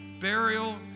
burial